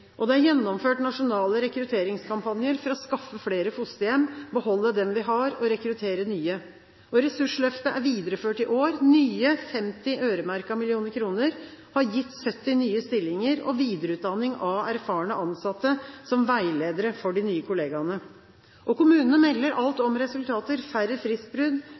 Det er gjennomført nasjonale rekrutteringskampanjer for å skaffe flere fosterhjem, beholde dem vi har, og rekruttere nye. Ressursløftet er videreført i år. Nye 50 øremerkede millioner kroner har gitt 70 nye stillinger og videreutdanning av erfarne ansatte som veiledere for de nye kollegaene. Kommunene melder allerede om resultater: færre fristbrudd,